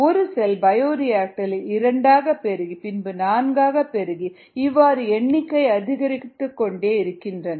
ஒரு செல் பயோரியாக்டரில் 2 ஆக பெருகி பின்பு 4 ஆக பெருகி இவ்வாறு எண்ணிக்கை அதிகரித்துக்கொண்டே இருக்கின்றன